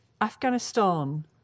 Afghanistan